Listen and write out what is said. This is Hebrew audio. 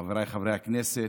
חבריי חברי הכנסת,